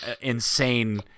insane